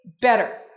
better